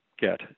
get